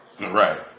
Right